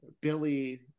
Billy